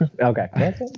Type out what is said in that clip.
okay